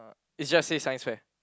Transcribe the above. it just say Science fair